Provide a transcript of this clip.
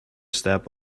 step